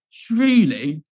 Truly